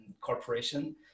corporation